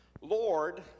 Lord